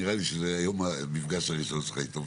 נראה לי שזה היום המפגש הראשון שלך איתו.